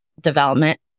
development